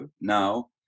now